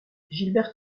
gilbert